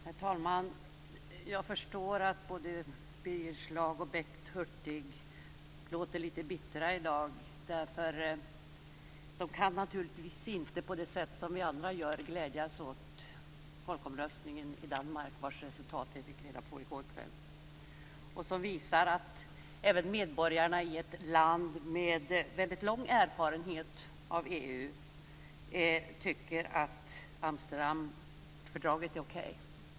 Herr talman! Jag förstår att både Birger Schlaug och Bengt Hurtig låter litet bittra i dag. De kan naturligtvis inte på det sätt som vi andra gör glädjas åt folkomröstningen i Danmark, vars resultat vi fick reda på i går kväll. Det visar att även medborgarna i ett land med väldigt lång erfarenhet av EU tycker att Amsterdamfördraget är okej.